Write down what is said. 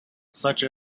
such